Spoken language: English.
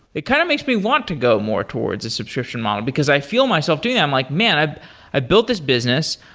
it kind of makes me want to go more towards a subscription model, because i feel myself doing that. i'm like, man! i've built this business.